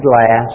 glass